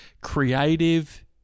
creative